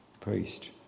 priest